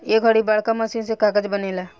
ए घड़ी बड़का मशीन से कागज़ बनेला